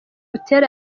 butera